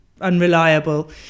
unreliable